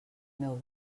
meu